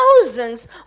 thousands